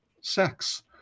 sex